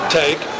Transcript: take